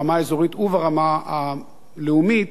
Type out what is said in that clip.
ברמה האזורית וברמה הלאומית,